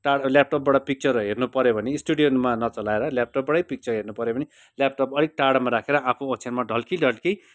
laptop बाट picture हेर्न पऱ्यो भने स्टुडियो मा नचलाएर ल्यापटप बाटै पिक्चर हेर्नु पऱ्यो भने ल्यापटप अलिक टाडोमा राखेर आफू ओछ्यानमा ढल्कि ढल्कि